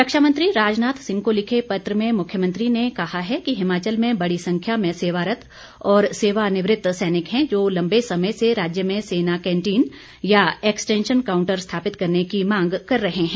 रक्षा मंत्री राजनाथ सिंह को लिखे पत्र में मुख्यमंत्री ने कहा है कि हिमाचल में बड़ी संख्या में सेवारत्त और सेवानिवृत्त सैनिक हैं जो लम्बे समय से राज्य में सेना केंटीन या एक्सटैंशन काउंटर स्थापित करने की मांग कर रहे हैं